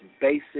basic